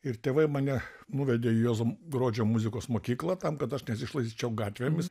ir tėvai mane nuvedė į juozo gruodžio muzikos mokyklą tam kad aš nesišlaistyčiau gatvėmis